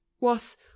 was